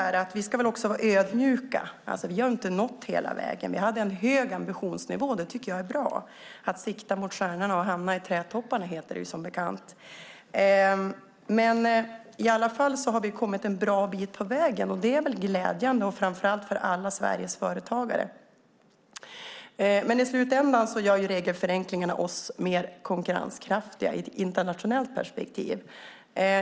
Vi ska också vara ödmjuka. Vi har inte nått hela vägen. Vi hade en hög ambitionsnivå, och det tycker jag är bra. Att sikta mot stjärnorna och hamna i trädtopparna, heter det ju som bekant. Vi har i alla fall kommit en bra bit på vägen, och det är glädjande framför allt för alla Sveriges företagare. I slutändan gör regelförenklingarna oss mer konkurrenskraftiga i ett internationellt perspektiv.